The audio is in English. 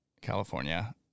California